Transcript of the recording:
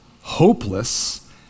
hopeless